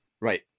right